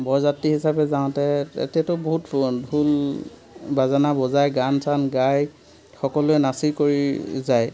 বৰযাত্ৰী হিচাপে যাওঁতে তেতিয়াটো বহুত ঢোল বাজানা বজাই গান চান গাই সকলোৱে নাচি কৰি যায়